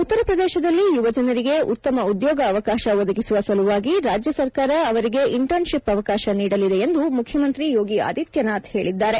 ಉತ್ತರ ಪ್ರದೇಶದಲ್ಲಿ ಯುವಜನರಿಗೆ ಉತ್ತಮ ಉದ್ಲೋಗ ಅವಕಾಶ ಒದಗಿಸುವ ಸಲುವಾಗಿ ರಾಜ್ಯ ಸರ್ಕಾರ ಅವರಿಗೆ ಇಂಟರ್ನ್ಶಿಪ್ ಅವಕಾಶ ನೀಡಲಿದೆ ಎಂದು ಮುಖ್ಯಮಂತ್ರಿ ಯೋಗಿ ಆದಿತ್ಲನಾಥ್ ಹೇಳಿದ್ದಾರೆ